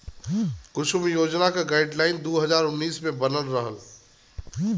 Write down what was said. कुसुम योजना क गाइडलाइन दू हज़ार उन्नीस मे बनल रहल